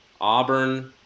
Auburn